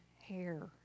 hair